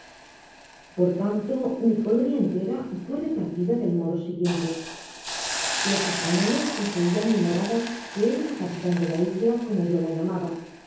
por tanto mi colonia entera fué repartida del modo siguiente los españoles poseian mi morada que era la capital de la isla como yo la llamaba sus